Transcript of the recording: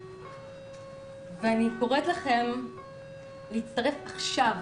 אני קוראת לכם להצטרף עכשיו